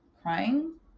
crying